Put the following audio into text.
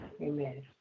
Amen